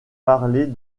parler